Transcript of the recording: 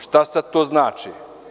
Šta sad to znači?